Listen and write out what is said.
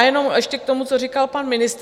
Jenom ještě k tomu, co říkal pan ministr.